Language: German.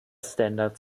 standard